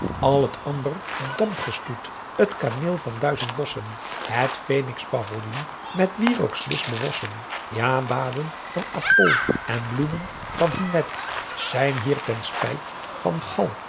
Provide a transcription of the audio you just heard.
al t amber dampgestoet t kaneel van duizent bossen het fænix paviljoen met wierooks lis bewossen ja baden van apol en bloemen van hymet zijn hier ten spijt van